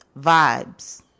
Vibes